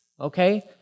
Okay